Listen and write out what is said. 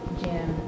gym